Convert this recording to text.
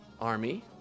army